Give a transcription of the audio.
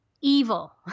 evil